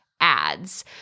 ads